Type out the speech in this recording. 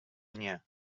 nie